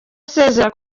asezera